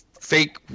fake